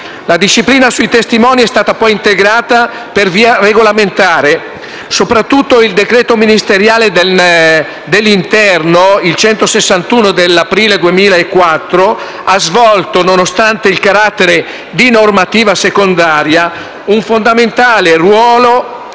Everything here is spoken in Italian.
La disciplina sui testimoni è stata poi integrata per via regolamentare: soprattutto il decreto ministeriale del Ministero dell'interno n. 161 dell'aprile 2004, nonostante il carattere di normativa secondaria, ha svolto un fondamentale ruolo